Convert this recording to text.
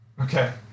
Okay